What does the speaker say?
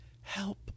help